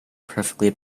perfectly